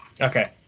okay